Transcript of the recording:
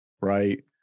right